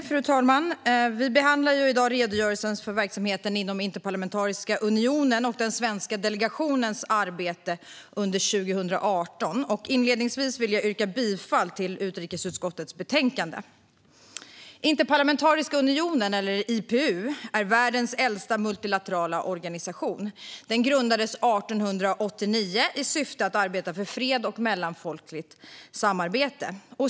Fru talman! Vi behandlar i dag Redogörelse för verksamheten inom Interparlamentariska unionen och den svenska delegationens arbe te under 2018 . Inledningsvis yrkar jag bifall till utrikesutskottets förslag. Interparlamentariska unionen, IPU, är världens äldsta multilaterala organisation. Den grundades 1889 i syfte att arbeta för fred och mellanfolkligt samarbete.